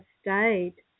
stayed